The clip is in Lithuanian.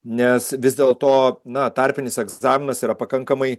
nes vis dėlto na tarpinis egzaminas yra pakankamai